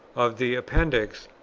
of the appendix,